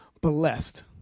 blessed